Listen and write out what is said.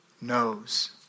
knows